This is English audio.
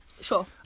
Sure